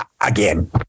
again